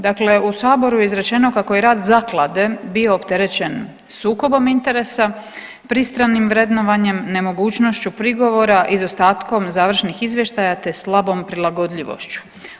Dakle, u saboru je izrečeno kako je rad zaklade bio opterećen sukobom interesa, pristranim vrednovanjem, nemogućnošću prigovora, izostatkom završnih izvještaja te slabom prilagodljivošću.